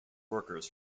workers